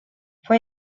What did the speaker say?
fue